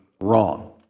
wrong